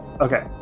Okay